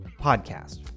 Podcast